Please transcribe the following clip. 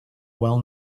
well